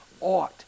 ought